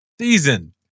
season